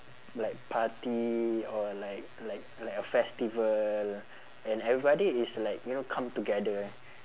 like party or like like like a festival and everybody is like you know come together eh